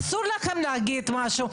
אסור לכם להגיד משהו,